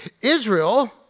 Israel